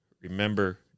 remember